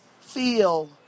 feel